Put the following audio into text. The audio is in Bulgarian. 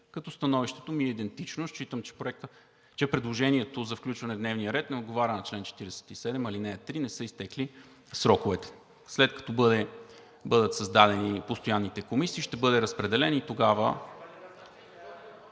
Становището ми е идентично и считам, че предложението за включване в дневния ред не отговаря на чл. 47, ал. 3, тоест не са изтекли сроковете. След като бъдат създадени постоянните комисии, ще бъде разпределен.